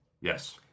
Yes